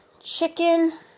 chicken